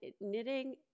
knitting